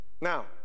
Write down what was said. Now